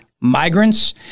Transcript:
migrants